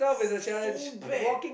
so bad